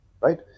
right